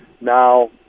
Now